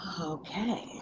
Okay